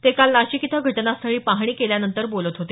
ते काल नाशिक इथं घटनास्थळाची पाहणी केल्यानंतर बोलत होते